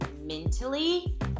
mentally